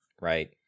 right